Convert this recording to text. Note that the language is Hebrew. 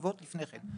תותבות לפני כן.